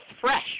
fresh